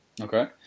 Okay